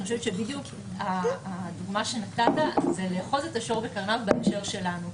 אני חושבת שבדיוק הדוגמה שנתת היא לאחוז את השור בקרניו בהקשר שלנו.